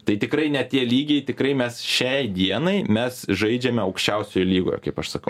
tai tikrai ne tie lygiai tikrai mes šiai dienai mes žaidžiame aukščiausioje lygoje kaip aš sakau